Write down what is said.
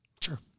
Sure